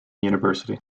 university